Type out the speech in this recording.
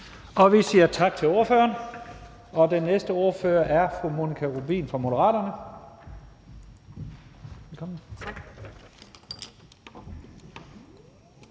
Vi siger tak til ordføreren, og den næste ordfører er fru Monika Rubin fra Moderaterne. Kl.